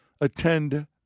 Attend